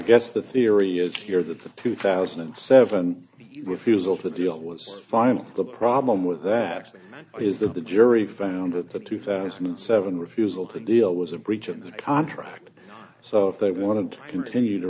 guess the theory is here that the two thousand and seven refusal to deal was final the problem with that is that the jury found that the two thousand and seven refusal to deal was a breach of the contract so if they want to continue to